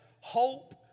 hope